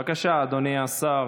בבקשה, אדוני השר.